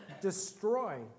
destroy